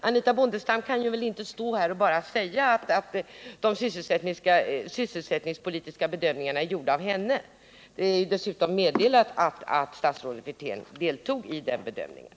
Anitha Bondestam kan väl inte bara stå här och säga att de sysselsättningspolitiska bedömningarna är gjorda av henne. Det har dessutom meddelats att statsrådet Wirtén deltog i den bedömningen.